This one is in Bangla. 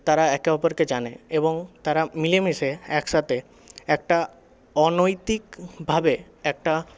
তারা একে অপরকে জানে এবং তারা মিলেমিশে একসাথে একটা অনৈতিকভাবে একটা